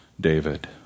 David